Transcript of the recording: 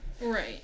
Right